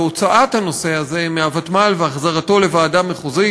בהוצאת הנושא הזה מהוותמ"ל והחזרתו לוועדה מחוזית,